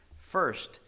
first